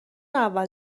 اول